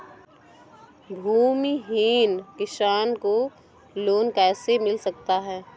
भूमिहीन किसान को लोन कैसे मिल सकता है?